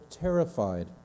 terrified